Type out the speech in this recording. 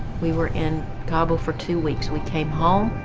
we were in cabbo for two weeks. we came home,